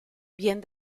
bien